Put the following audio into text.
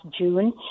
June